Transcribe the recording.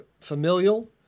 familial